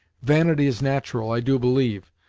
vanity is nat'ral, i do believe,